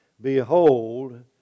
behold